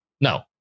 no